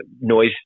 noise